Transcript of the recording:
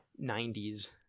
90s